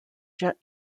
jet